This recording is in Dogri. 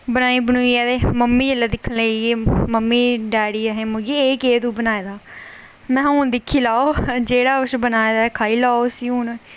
बनाइयै ते मम्मी जेल्लै दिक्खन लगी ते मम्मी डैडी ऐहें मोइये एह् केह् तू बनाए दा महां दिक्खी लैओ जेह्ड़ा किश बनाए दा खाई लैओ